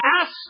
ask